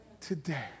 today